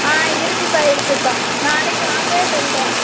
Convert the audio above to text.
ஆ இருக்குதுக்கா இருக்குதுக்கா நாளைக்கு வாங்க சொல்கிறோம்